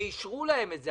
ואישרו להם את זה.